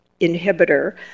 inhibitor